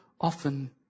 often